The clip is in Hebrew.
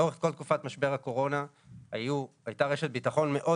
לאורך כל תקופת משבר הקורונה הייתה רשת ביטחון מאוד